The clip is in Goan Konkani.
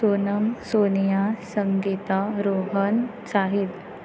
सोनम सोनिया संगीता रोहन साहील